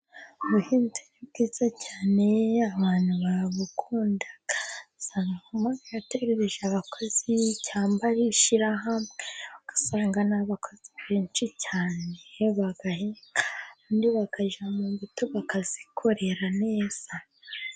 Ubuhinzi ni bwiza cyane abantu barabukunda. Usanga nk'umuntu yaterereje abakozi cyangwa ari ishyirahamwe, ugasanga ni abakozi benshi cyane, nyine bagahinga ubundi bakajya mu mbuto bakazikorera neza.